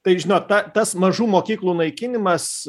tai žinot na tas mažų mokyklų naikinimas